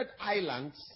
islands